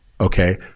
Okay